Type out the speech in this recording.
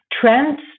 trends